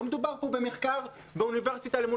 לא מדובר פה על מחקר באוניברסיטה אל מול